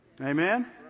Amen